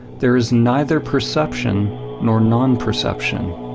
there is neither perception nor non-perception,